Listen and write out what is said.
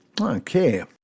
Okay